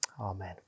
amen